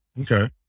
Okay